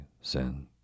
sin